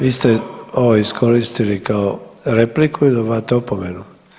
Vi ste ovo iskoristili kao repliku i dobivate opomenu.